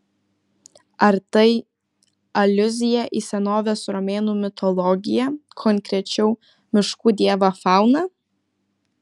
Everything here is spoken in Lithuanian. ar tai aliuzija į senovės romėnų mitologiją konkrečiau miškų dievą fauną